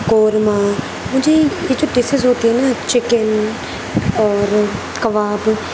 قورمہ مجھے یہ جو ڈشیز ہوتے ہیں نا چکن اور کباب